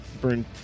burn